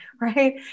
Right